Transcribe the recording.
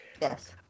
Yes